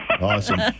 Awesome